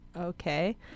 okay